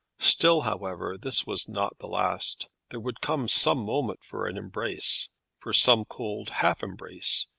still, however, this was not the last. there would come some moment for an embrace for some cold half-embrace,